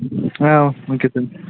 ah okay sir